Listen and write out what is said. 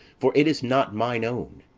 for it is not mine own.